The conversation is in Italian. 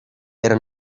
era